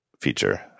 feature